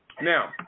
Now